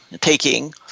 taking